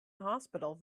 hospital